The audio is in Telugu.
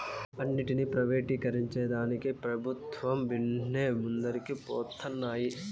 అన్నింటినీ ప్రైవేటీకరించేదానికి పెబుత్వాలు బిన్నే ముందరికి పోతన్నాయి